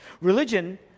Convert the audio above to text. Religion